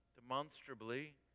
demonstrably